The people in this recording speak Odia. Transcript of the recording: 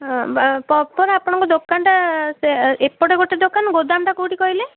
ହଁ ପ୍ରପର୍ ଆପଣଙ୍କ ଦୋକାନଟା ଏପଟେ ଗୋଟେ ଦୋକାନ ଗୋଦାମଟା କେଉଁଠି କହିଲେ